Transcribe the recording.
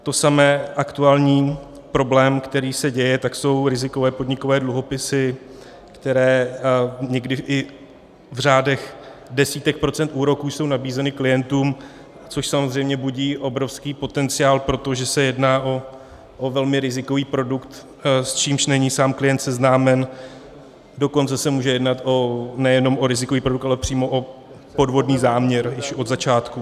To samé aktuální problém, který se děje, jsou rizikové podnikové dluhopisy, které někdy i v řádech desítek procent úroků jsou nabízeny klientům, což samozřejmě budí obrovský potenciál, protože se jedná o velmi rizikový produkt, s čímž není sám klient seznámen, dokonce se může jednat nejenom o rizikový produkt, ale přímo o podvodný záměr již od začátku.